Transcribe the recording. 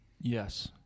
Yes